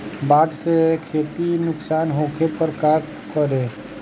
बाढ़ से खेती नुकसान होखे पर का करे?